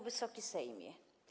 Wysoki Sejmie!